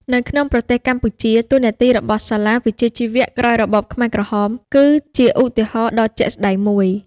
នៅក្នុងប្រទេសកម្ពុជា តួនាទីរបស់សាលាវិជ្ជាជីវៈក្រោយរបបខ្មែរក្រហមគឺជាឧទាហរណ៍ដ៏ជាក់ស្តែងមួយ។